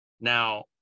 Now